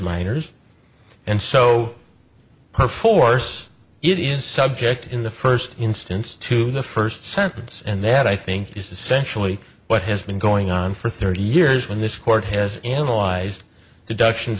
minors and so perforce it is subject in the first instance to the first sentence and that i think just essentially what has been going on for thirty years when this court has analyzed deductions